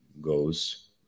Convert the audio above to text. goes